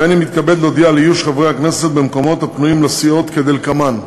הריני מתכבד להודיע על איוש חברי הכנסת במקומות הפנויים לסיעות כדלקמן: